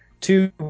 two